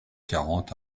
quarante